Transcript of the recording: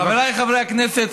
חבריי חברי הכנסת,